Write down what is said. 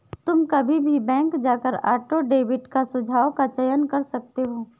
तुम कभी भी बैंक जाकर ऑटो डेबिट का सुझाव का चयन कर सकते हो